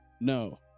no